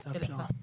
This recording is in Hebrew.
אפשר שנייה?